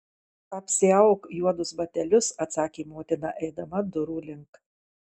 apsiauk juodus batelius atsakė motina eidama durų link